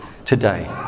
today